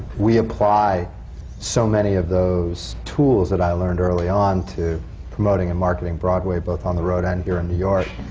we apply so many of those tools that i learned early on to promoting and marketing broadway, both on the road and here in new york.